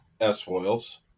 S-foils